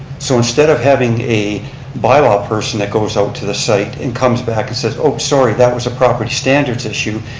so instead of having a bylaw person that goes out to the site and comes back and says oh sorry that was a property standards issue,